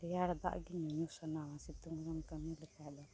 ᱨᱮᱭᱟᱲ ᱫᱟᱜ ᱜᱮ ᱧᱩ ᱥᱟᱱᱟᱣᱟ ᱥᱤᱛᱩᱝ ᱫᱤᱱ ᱠᱟᱹᱢᱤ ᱞᱮᱠᱷᱟᱡ ᱫᱚ